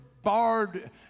Barred